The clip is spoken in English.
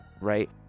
right